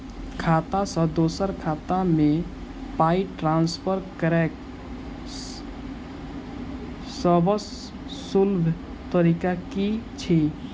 खाता सँ दोसर खाता मे पाई ट्रान्सफर करैक सभसँ सुलभ तरीका की छी?